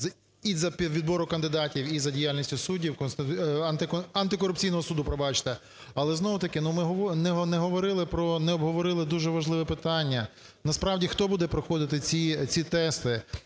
і за відбір кандидатів, і за діяльністю суддів консти…, антикорупційного суду, пробачте. Але знову-таки ми не говорили про, не обговорили дуже важливе питання. Насправді, хто буде проходити ці тести?